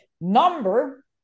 number